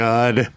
God